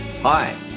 Hi